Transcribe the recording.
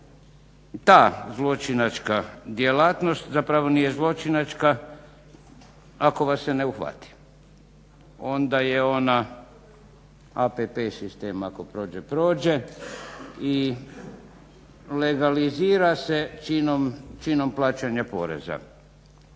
Da, zločinačka djelatnost, zapravo nije zločinačka ako vas se ne uhvati. Onda je ona APP sistem, ako prođe, prođe i legalizira se činom plaćanja poreza.